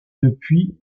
depuis